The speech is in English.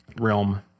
realm